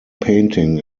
painting